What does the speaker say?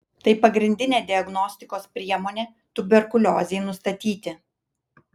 tai pagrindinė diagnostikos priemonė tuberkuliozei nustatyti